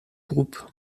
groupe